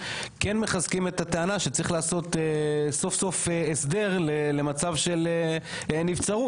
כן מחזקים את הטענה שצריך לעשות סוף סוף הסדר למצב של נבצרות?